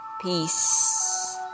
peace